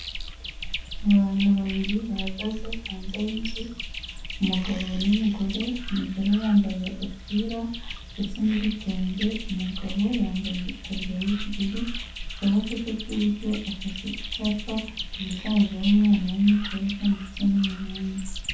Abantu babiri bahagaze hanze y'inzu, umugabo n'umugore, umugore yambaye agapira ndetse n'igitenge, umugabo yambaye itaburiya y'ubururu mu kaboko ke k'iburyo afashe icyapa gishushanyijeho umwana w'umukobwa ndetse n'umuhungu.